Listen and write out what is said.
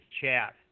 chat